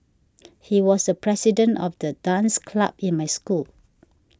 he was the president of the dance club in my school